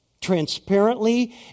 transparently